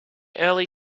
early